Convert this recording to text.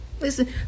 Listen